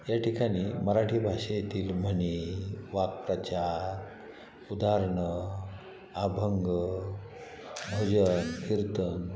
या ठिकाणी मराठी भाषेतील म्हणी वाक्प्रचार उदाहरणं अभंग भजन कीर्तन